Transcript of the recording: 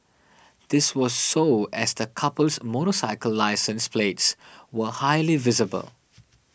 this was so as the couple's motorcycle license plates were highly visible